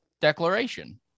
declaration